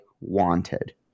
wanted